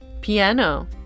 Piano